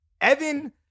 Evan